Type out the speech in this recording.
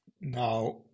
Now